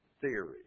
theory